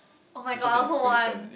oh-my-god I also want